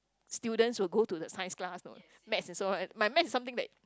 students will got to the science class no maths and so on my maths is something that